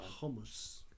Hummus